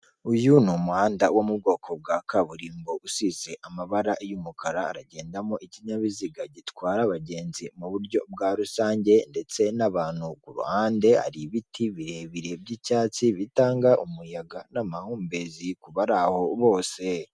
Uyu ni umuhanda wo mu bwoko bwa kaburimbo usize amabara y'umukara, haragendamo ikinyabiziga gitwara abagenzi mu buryo bwa rusange ndetse n'abantu, ku ruhande hari ibiti birebire by'icyatsi bitanga umuyaga n'amahumbezi kubari aho bose.